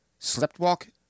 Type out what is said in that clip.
sleptwalk